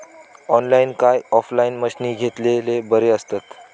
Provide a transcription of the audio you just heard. Online काय offline मशीनी घेतलेले बरे आसतात?